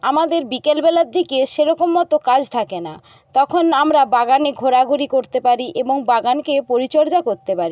আমাদের বিকেল বেলার দিকে সেরকম মতো কাজ থাকে না তখন আমরা বাগানে ঘোরাঘুরি করতে পারি এবং বাগানকে পরিচর্যা করতে পারি